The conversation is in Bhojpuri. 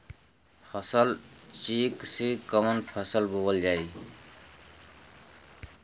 फसल चेकं से कवन फसल बोवल जाई?